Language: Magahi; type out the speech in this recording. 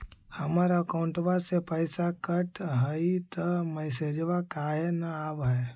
हमर अकौंटवा से पैसा कट हई त मैसेजवा काहे न आव है?